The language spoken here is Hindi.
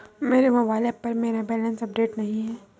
मेरे मोबाइल ऐप पर मेरा बैलेंस अपडेट नहीं है